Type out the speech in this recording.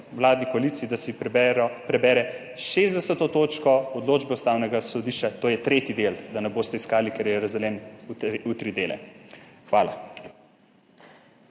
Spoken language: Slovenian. vladni koaliciji, da si prebere 60. točko odločbe Ustavnega sodišča, to je tretji del, da ne boste iskali, ker je razdeljena na tri dele. Hvala.